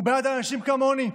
הוא בעד אנשים כמוני,